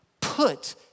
put